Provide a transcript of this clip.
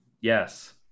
yes